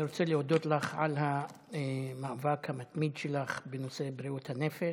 אני רוצה להודות לך על המאבק המתמיד שלך בנושא בריאות הנפש,